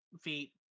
feet